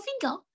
finger